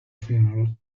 funeral